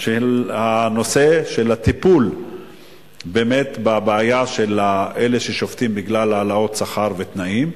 הנושא של הטיפול באמת בבעיה של אלה ששובתים בגלל שכר ותנאים,